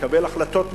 לקבל החלטות מיידיות.